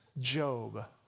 Job